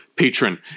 patron